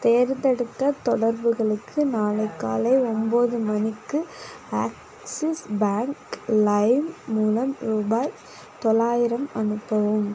தேர்ந்தெடுத்த தொடர்புகளுக்கு நாளை காலை ஒம்பது மணிக்கு ஆக்ஸிஸ் பேங்க் லைம் மூலம் ரூபாய் தொள்ளாயிரம் அனுப்பவும்